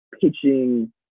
pitching